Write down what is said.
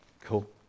Cool